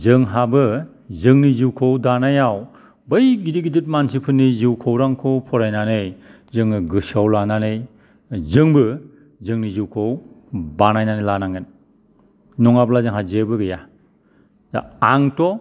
जोंहाबो जोंनि जिउखौ दानायाव बै गिदिर गिदिर मानसिफोरनि जिउ खौरांखौ फरायनानै जोङो गोसोआव लानानै जोंबो जोंनि जिउखौ बानायनानै लानांगोन नङाब्ला जोंहा जेबो गैया दा आंथ'